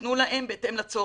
ייתנו להם בהתאם לצורך.